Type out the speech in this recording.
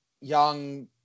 young